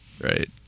Right